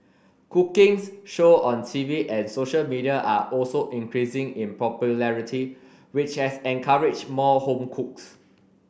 cooking's show on TV and social media are also increasing in popularity which has encouraged more home cooks